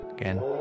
again